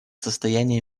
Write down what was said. состояния